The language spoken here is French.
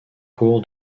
cour